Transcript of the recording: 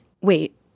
Wait